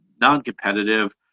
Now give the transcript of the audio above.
non-competitive